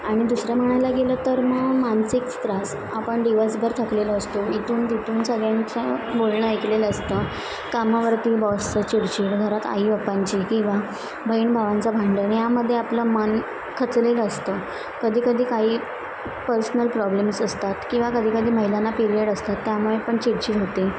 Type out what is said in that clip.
आणि दुसरं म्हणायला गेलं तर मग मानसिक त्रास आपण दिवसभर थकलेलो असतो इथून तिथून सगळ्यांचं बोलणं ऐकलेलं असतं कामावरती बॉसचं चिडचिड घरात आईबापांची किंवा बहिणभावांचं भांडण यामध्ये आपलं मन खचलेलं असतं कधी कधी काही पर्सनल प्रॉब्लेम्स असतात किंवा कधी कधी महिलांना पिरियड असतात त्यामुळे पण चिडचिड होते